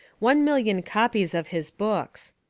one million copies of his books.